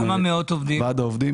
כמה עובדים?